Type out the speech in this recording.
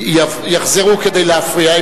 יחזרו כדי להפריע,